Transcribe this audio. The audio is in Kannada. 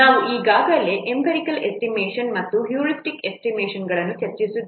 ನಾವು ಈಗಾಗಲೇ ಎಂಪಿರಿಕಲ್ ಎಸ್ಟಿಮೇಷನ್ ಮತ್ತು ಹ್ಯೂರಿಸ್ಟಿಕ್ ಎಸ್ಟಿಮೇಷನ್ಗಳನ್ನು ಚರ್ಚಿಸಿದ್ದೇವೆ